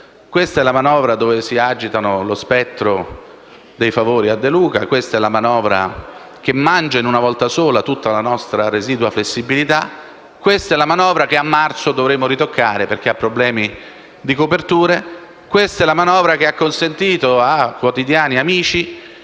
Questa è la manovra in cui si agita lo spettro dei favori a De Luca, è la manovra che mangia in una volta sola tutta la nostra residua flessibilità, ed è la manovra che a marzo dovremo ritoccare, perché ha problemi di coperture. Questa è la manovra che ha consentito a quotidiani amici di